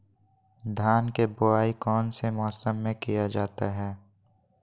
धान के बोआई कौन सी मौसम में किया जाता है?